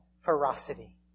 ferocity